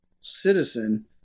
citizen